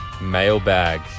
mailbag